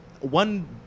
one